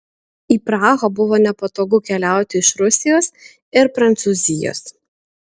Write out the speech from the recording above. į prahą buvo nepatogu keliauti iš rusijos ir prancūzijos